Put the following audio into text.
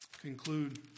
conclude